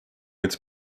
its